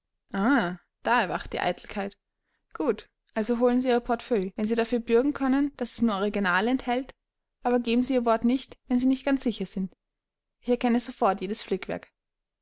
da erwacht die eitelkeit gut also holen sie ihr portefeuille wenn sie dafür bürgen können daß es nur originale enthält aber geben sie ihr wort nicht wenn sie nicht ganz sicher sind ich erkenne sofort jedes flickwerk